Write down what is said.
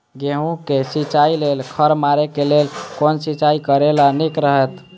गेहूँ के सिंचाई लेल खर मारे के लेल कोन सिंचाई करे ल नीक रहैत?